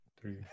three